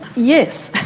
yes.